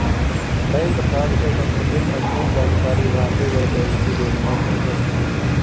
bank fraud से सम्बंधित संपूर्ण जानकारी भारतीय रिज़र्व बैंक की वेब साईट पर उपलब्ध है